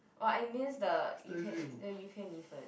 oh I miss the 鱼片:Yu-Pian the 鱼片米粉:Yu-Pian-Mi-Fen